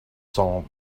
cent